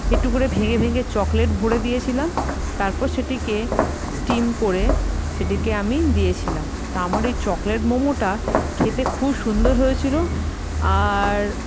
একটু করে ভেঙ্গে ভেঙ্গে চকলেট ভরে দিয়েছিলাম তারপর সেটিকে স্টিম করে সেটিকে আমি দিয়েছিলাম তা আমার ওই চকলেট মোমোটা খেতে খুব সুন্দর হয়েছিলো আর